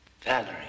Valerie